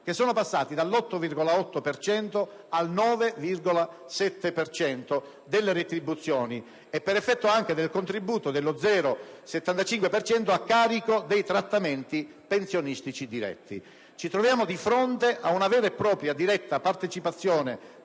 (che sono passati dall'8,8 al 9,7 per cento delle retribuzioni) e per effetto anche del contributo dello 0,75 per cento a carico dei trattamenti pensionistici diretti. Ci troviamo di fronte a una vera e propria diretta partecipazione